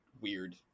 weird